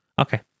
Okay